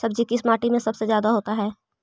सब्जी किस माटी में सबसे ज्यादा होता है?